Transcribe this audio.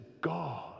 God